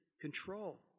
control